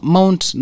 Mount